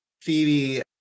Phoebe